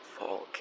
Fall